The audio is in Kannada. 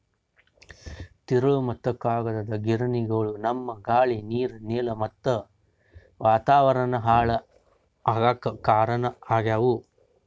ತಿರುಳ್ ಮತ್ತ್ ಕಾಗದದ್ ಗಿರಣಿಗೊಳು ನಮ್ಮ್ ಗಾಳಿ ನೀರ್ ನೆಲಾ ಮತ್ತ್ ವಾತಾವರಣ್ ಹಾಳ್ ಆಗಾಕ್ ಕಾರಣ್ ಆಗ್ಯವು